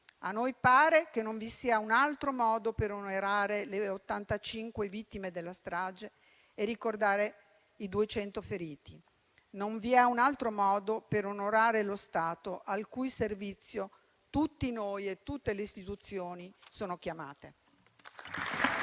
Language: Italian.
A noi pare che non vi sia un altro modo per onorare le 85 vittime della strage e ricordare i 200 feriti. Non vi è un altro modo per onorare lo Stato, al cui servizio tutti noi e tutte le istituzioni sono chiamate.